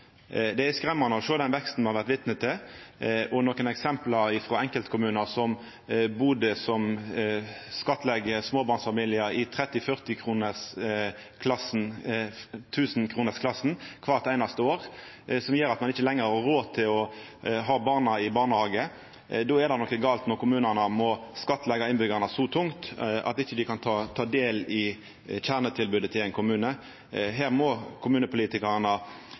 Det er skremmande å sjå den veksten me har vore vitne til, og å sjå eksempel frå enkeltkommunar som Bodø, som skattlegg småbarnsfamiliar i 30 000–40 000-kronersklassa kvart einaste år, sånn at dei ikkje lenger har råd til å ha barna i barnehage. Det er noko som er galt når kommunane må skattleggja innbyggjarane så tungt at dei ikkje kan ta del i kjernetilbodet i ein kommune. Her må kommunepolitikarane